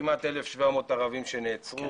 כמעט 1,700 ערבים שנעצרו,